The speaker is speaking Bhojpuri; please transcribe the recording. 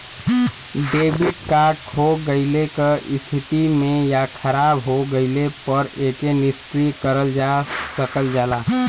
डेबिट कार्ड खो गइले क स्थिति में या खराब हो गइले पर एके निष्क्रिय करल जा सकल जाला